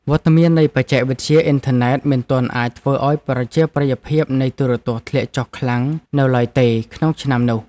វត្តមាននៃបច្ចេកវិទ្យាអ៊ីនធឺណិតមិនទាន់អាចធ្វើឱ្យប្រជាប្រិយភាពនៃទូរទស្សន៍ធ្លាក់ចុះខ្លាំងនៅឡើយទេក្នុងឆ្នាំនោះ។